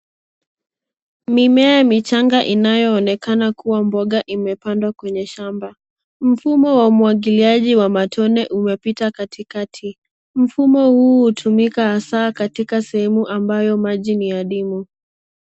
Mimea michanga inayoonekana kuwa mboga imepandwa kwenye shamba. Mfumo wa umwagiliaji wa matone umepita katikati. Mfumo huu hutumika hasa katika sehemu ambayo maji ni ya ndimu.